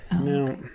No